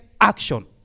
action